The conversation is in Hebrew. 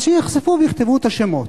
אז שיחשפו ויכתבו את השמות.